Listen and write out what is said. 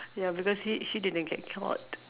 ya because she she didn't get caught